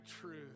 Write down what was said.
truth